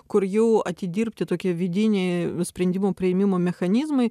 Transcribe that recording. kur jau atidirbti tokie vidiniai sprendimų priėmimo mechanizmai